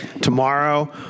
Tomorrow